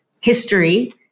history